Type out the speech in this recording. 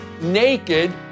naked